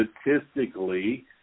statistically